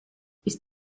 ist